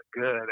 good